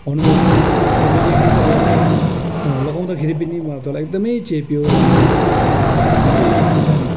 अनुभव भयो र मैले एकदिन त लगाएँ लगाउँदाखेरि पनि मलाई तल एकदमै चेप्यो र मेरो जुन चाहिँ खुट्टामा